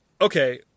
Okay